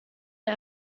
der